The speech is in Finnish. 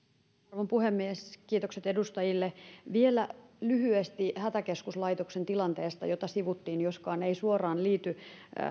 arvon puhemies kiitokset edustajille vielä lyhyesti hätäkeskuslaitoksen tilanteesta jota sivuttiin joskaan se ei suoraan liity